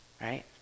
right